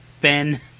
Ben